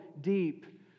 deep